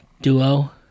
duo